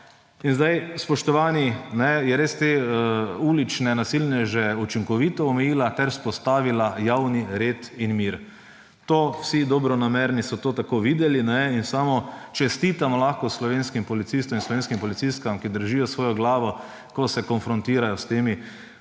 In zdaj, spoštovani, je res te ulične nasilneže učinkovito omejila ter vzpostavila javni red in mir. Vsi dobronamerni so to tako videli in samo čestitam lahko slovenskim policistom in slovenskim policistkam, ki držijo svojo glavo naprodaj, ko se konfrontirajo s temi